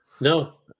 no